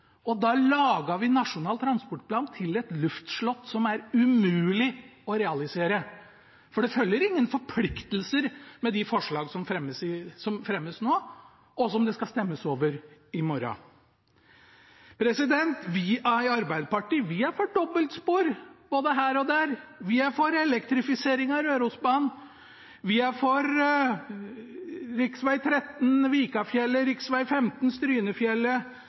Da gjør vi Nasjonal transportplan til et luftslott som det er umulig å realisere, for det følger ingen forpliktelser med de forslagene som fremmes nå, og som det skal stemmes over i morgen. Vi i Arbeiderpartiet er for dobbeltspor, både her og der, og vi er for elektrifisering av Rørosbanen. Vi er for rv. 13 Vikafjellet, rv. 15 Strynefjellet,